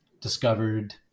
discovered